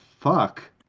fuck